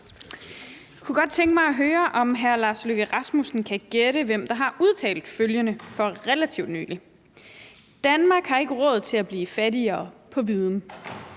Jeg kunne godt tænke mig at høre, om hr. Lars Løkke Rasmussen kan gætte, hvem der har udtalt følgende for relativt nylig: Danmark har ikke råd til at blive fattigere på viden,